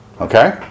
Okay